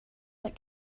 that